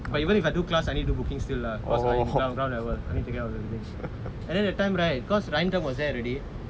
but even if I do class I need to booking still lah because I'm in ground level I need to take care of everything else and then that time right because ryan was there already